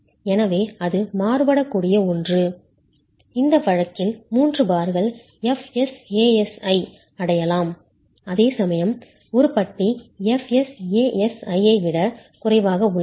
எனவே அது மாறுபடக்கூடிய ஒன்று இந்த வழக்கில் மூன்று பார்கள் fs Asi ஐ அடையலாம் அதேசமயம் ஒரு பட்டி fs Asi ஐ விட குறைவாக உள்ளது